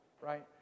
Right